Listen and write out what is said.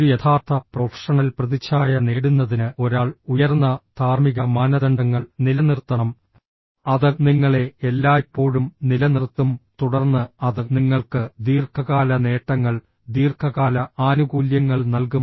ഒരു യഥാർത്ഥ പ്രൊഫഷണൽ പ്രതിച്ഛായ നേടുന്നതിന് ഒരാൾ ഉയർന്ന ധാർമ്മിക മാനദണ്ഡങ്ങൾ നിലനിർത്തണം അത് നിങ്ങളെ എല്ലായ്പ്പോഴും നിലനിർത്തും തുടർന്ന് അത് നിങ്ങൾക്ക് ദീർഘകാല നേട്ടങ്ങൾ ദീർഘകാല ആനുകൂല്യങ്ങൾ നൽകും